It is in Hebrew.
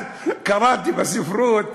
אז קראתי בספרות,